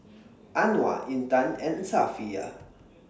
Anuar Intan and Safiya